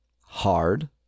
hard